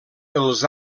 els